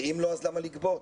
ואם לא, אז למה לגבות?